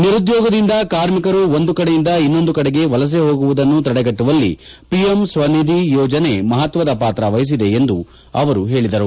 ನಿರುದ್ದೋಗದಿಂದ ಕಾರ್ಮಿಕರು ಒಂದು ಕಡೆಯಿಂದ ಇನ್ನೊಂದು ಕಡೆಗೆ ವಲಸೆ ಹೋಗುವುದನ್ನು ತಡೆಗಟ್ಟುವಲ್ಲಿ ಪಿಎಂ ಸ್ತನಿಧಿ ಯೋಜನೆ ಮಹತ್ವದ ಪಾತ್ರ ವಹಿಸಿದೆ ಎಂದು ಅವರು ಹೇಳಿದರು